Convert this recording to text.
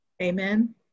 amen